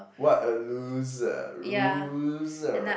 what a loser loser